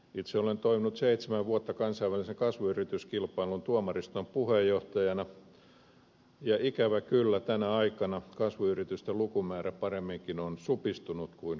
itse olen toiminut seitsemän vuotta kansainvälisen kasvuyrityskilpailun tuomariston puheenjohtajana ja ikävä kyllä tänä aikana kasvuyritysten lukumäärä paremminkin on supistunut kuin kasvanut